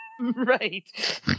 Right